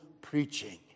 preaching